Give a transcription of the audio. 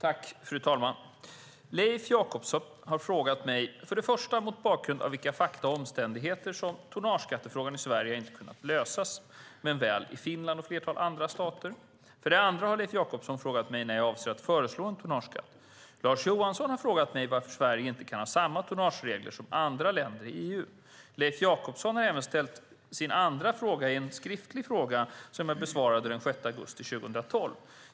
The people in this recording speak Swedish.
Fru talman! Leif Jakobsson har frågat mig, för det första, mot bakgrund av vilka fakta och omständigheter som tonnageskattefrågan inte har kunnat lösas i Sverige men väl i Finland och flertalet andra stater. För det andra har Leif Jakobsson frågat mig när jag avser att föreslå en tonnageskatt. Lars Johansson har frågat mig varför Sverige inte kan ha samma tonnageskatteregler som andra länder i EU. Leif Jakobsson har även ställt sin andra fråga i en skriftlig fråga som jag besvarade den 6 augusti 2012.